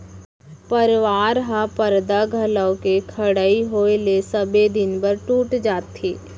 परवार ह परदा घलौ के खड़इ होय ले सबे दिन बर टूट जाथे